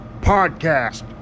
Podcast